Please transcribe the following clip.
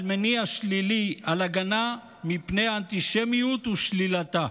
על מניע שלילי, על הגנה מפני אנטישמיות ושלילתה.